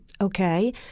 Okay